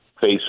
face